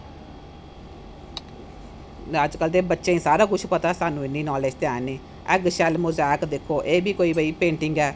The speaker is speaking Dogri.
ते अजकल दे बच्चे गी सारा कुछ पता सानू इन्नी नाॅलेज ते है नी एगशेल मोजेक दिक्खो ऐ बी कोई पेंटिंग ऐ